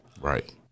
Right